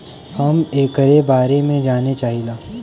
हम एकरे बारे मे जाने चाहीला?